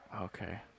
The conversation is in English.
Okay